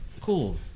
cool